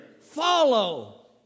follow